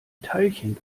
teilchen